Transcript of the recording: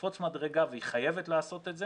היא חייבת לעשות את זה